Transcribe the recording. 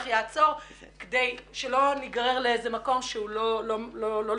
אני אעצור כדי שלא ניגרר לאיזה מקום שהוא בטח לא לכבודך.